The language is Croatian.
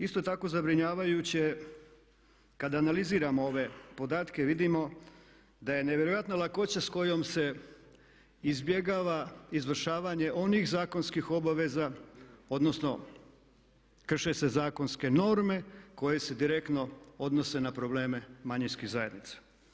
Isto tako zabrinjavajuće je kada analiziramo ove podatke i vidimo da je nevjerojatna lakoća sa kojom se izbjegava izvršavanje onih zakonskih obaveza, odnosno krše se zakonske norme koje se direktno odnose na probleme manjinskih zajednica.